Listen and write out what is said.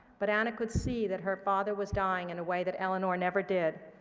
but anna could see that her father was dying in a way that eleanor never did,